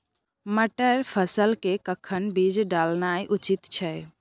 मटर फसल के कखन बीज डालनाय उचित छै?